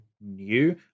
new